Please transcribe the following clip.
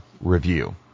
review